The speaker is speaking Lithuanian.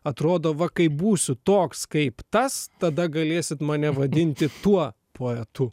atrodo va kai būsiu toks kaip tas tada galėsit mane vadinti tuo poetu